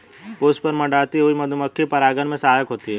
पुष्प पर मंडराती हुई मधुमक्खी परागन में सहायक होती है